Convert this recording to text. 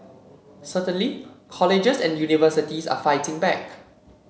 certainly colleges and universities are fighting back